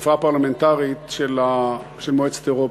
באספה הפרלמנטרית של מועצת אירופה.